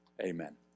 amen